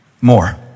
More